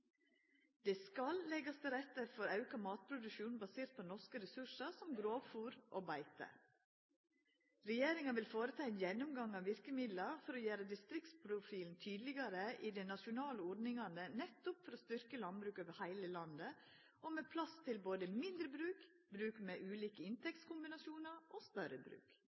Det skal leggjast til rette for auka matproduksjon basert på norske ressursar som grovfôr og beite. Regjeringa vil føreta ein gjennomgang av verkemidla for å gjera distriktsprofilen tydelegare i dei nasjonale ordningane, nettopp for å styrkja landbruket over heile landet og med plass til både mindre bruk, bruk med ulike inntektskombinasjonar og større bruk.